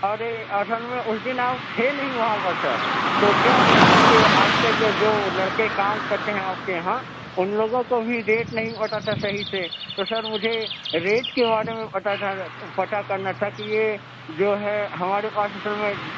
ارے اصل میں اس دن آپ تھے نہیں وہاں پر شاید تو کیا ہوا نا کہ آپ کے جو لڑکے کام کرتے ہیں آپ کے یہاں ان لوگوں کو بھی ڈیٹ نہیں پتہ تھا صحیح سے تو سر مجھے ریٹ کے بارے میں پتہ تھا پتہ کرنا تھا کہ یہ جو ہے ہمارے پاس اصل میں